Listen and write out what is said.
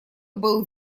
был